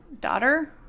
daughter